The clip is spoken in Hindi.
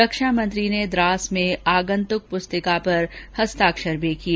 रक्षामंत्री ने द्रास में आगंतुक पुस्तिका पर हस्ताक्षर भी किए